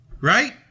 Right